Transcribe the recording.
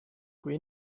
kui